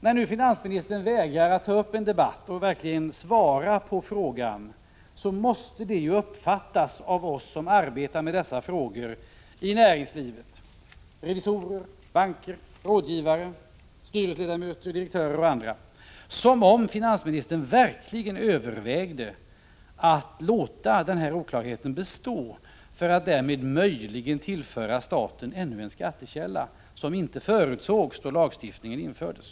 När finansministern nu vägrar att ta upp en debatt och verkligen svara på frågan måste detta uppfattas av oss som arbetar med dessa ting i näringslivet — revisorer, banker, rådgivare, styrelseledamöter, direktörer och andra — som om finansministern verkligen övervägde att låta denna oklarhet bestå för att därmed möjligen tillföra staten ännu en skattekälla som inte förutsågs då lagstiftningen infördes.